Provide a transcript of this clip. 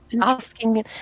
asking